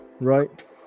right